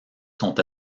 sont